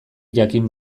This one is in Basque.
jakin